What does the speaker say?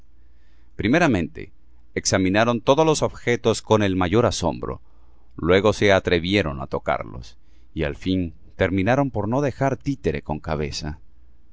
primeramente examinaron todos los objetos con el mayor asombro luego se atrevieron á to carlos y al fin terminaron por no dejar títere con cabeza